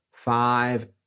five